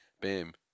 bam